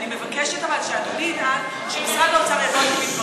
אבל אני מבקשת שאדוני ידאג שמשרד האוצר יבוא אתי בדברים.